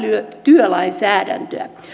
työlainsäädäntöä